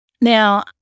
Now